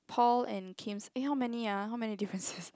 Paul and Kim's eh how many uh how many differences